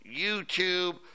YouTube